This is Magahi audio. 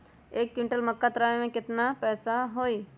एक क्विंटल मक्का तुरावे के केतना पैसा होई?